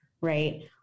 Right